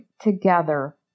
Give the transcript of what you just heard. together